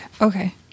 Okay